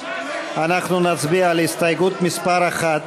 אנחנו נצביע על הסתייגות מס' 1,